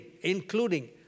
including